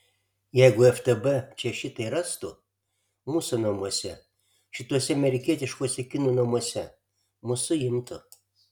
jeigu ftb čia šitai rastų mūsų namuose šituose amerikietiškuose kinų namuose mus suimtų